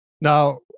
Now